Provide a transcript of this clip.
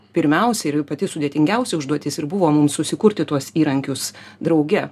pirmiausia ir pati sudėtingiausia užduotis ir buvo mums susikurti tuos įrankius drauge